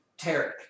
Tarek